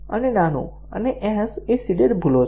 અને નાનું અને s એ સીડેડ ભૂલો છે